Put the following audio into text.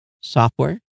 software